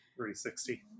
360